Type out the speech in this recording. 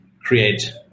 create